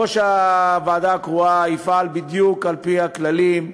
ראש הוועדה הקרואה יפעל בדיוק על-פי הכללים.